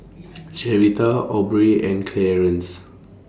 Sherita Aubrey and Clearence